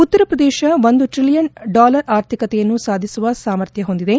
ಉತ್ತರ ಪ್ರದೇಶ ಒಂದು trillion dollar ಆರ್ಥಿಕತೆಯನ್ನು ಸಾಧಿಸುವ ಸಾಮರ್ಥ್ಲ ಹೊಂದಿದೆ